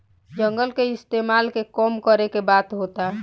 जंगल के इस्तेमाल के कम करे के बात होता